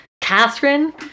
Catherine